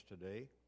today